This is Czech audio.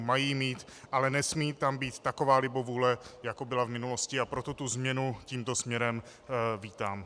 Mají mít, ale nesmí tam být taková libovůle, jako byla v minulosti, a proto tu změnu tímto směrem vítám.